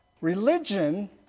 Religion